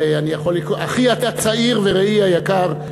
אני יכול לקרוא לו אחי הצעיר ורעי היקר,